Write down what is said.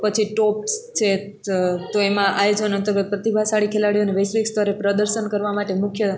પછી ટોપ્સ છે ચ તો એમાં આયોજનો તો કે પ્રતિભાશાળી ખેલાડીઓને વૈશ્વિક સ્તરે પ્રદર્શન કરવા માટે મુખ્ય